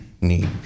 need